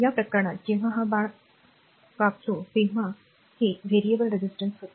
या प्रकरणात जेव्हा हा बाण कापतो तेव्हा हे योग्य प्रतिकार होते